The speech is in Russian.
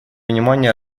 внимания